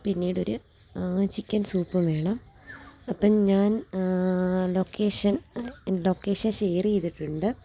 പിന്നീടൊരു chicken soup വേണം അപ്പം ഞാൻ location എൻ്റെ ലൊക്കേഷൻ ഷെയർ ചെയ്തിട്ടുണ്ട്